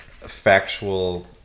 factual